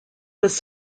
was